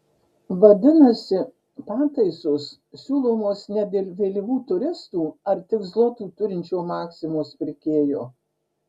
vadinasi pataisos siūlomos ne dėl vėlyvų turistų ar tik zlotų turinčio maksimos pirkėjo